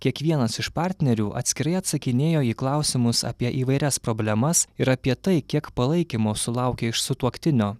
kiekvienas iš partnerių atskirai atsakinėjo į klausimus apie įvairias problemas ir apie tai kiek palaikymo sulaukia iš sutuoktinio